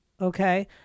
okay